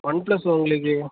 one ப்ளஸில் உங்களுக்கு